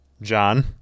John